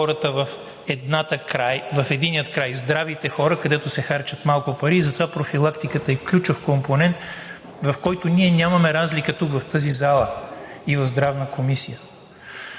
хората в единия край – здравите хора, където се харчат малко пари. Затова профилактиката е ключов компонент, по който ние нямаме разлика тук, в тази зала, и в Здравната комисия.